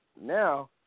now